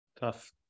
tough